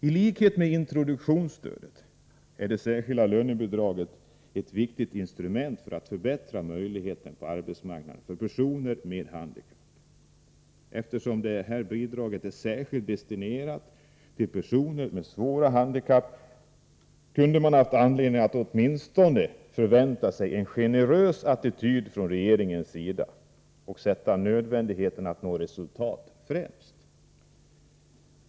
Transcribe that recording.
I likhet med introduktionsstödet är det särskilda lönebidraget ett viktigt instrument för att förbättra möjligheterna på arbetsmarknaden för personer med handikapp. Eftersom det här bidraget är särskilt destinerat till personer med svåra handikapp, kunde man åtminstone ha förväntat sig en generös attityd från regeringens sida — att man skulle sätta nödvändigheten av att nå resultat främst.